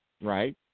right